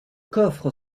coffre